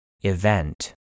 Event